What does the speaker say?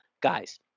Guys